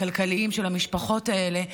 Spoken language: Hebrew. הכלכליים של המשפחות האלה,